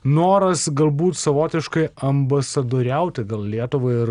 noras galbūt savotiškai ambasadoriauti gal lietuvai ir